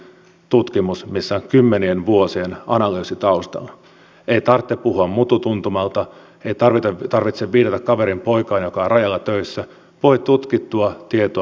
kestämättömästi kasvanut turvapaikanhakijoiden määrä asettaa sekin omat lisähaasteensa niin hallituksen budjetin kestävyydelle kuin myös sille miten oikeutetuiksi suomalaiset kokevat tehtävät säästötoimenpiteet